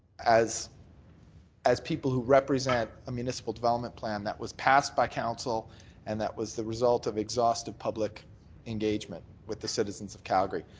as as people who represent a municipal development plan that was passed by council and that was the result of exhaustive public engagement with the citizens of calgary.